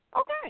okay